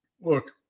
Look